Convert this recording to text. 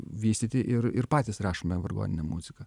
vystyti ir ir patys rašome vargoninę muziką